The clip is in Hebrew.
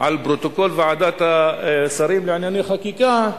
על פרוטוקול ועדת השרים לענייני חקיקה,